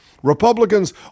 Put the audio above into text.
Republicans